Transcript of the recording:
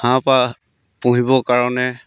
হাঁহ পাহ পুহিবৰ কাৰণে